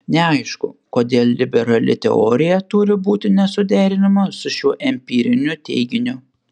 neaišku kodėl liberali teorija turi būti nesuderinama su šiuo empiriniu teiginiu